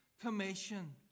commission